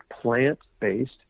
plant-based